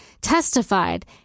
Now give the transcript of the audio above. testified